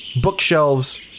bookshelves